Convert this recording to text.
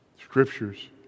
scriptures